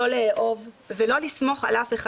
לא לאהוב ולא לסמוך על אף אחד.